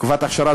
תקופת אכשרה,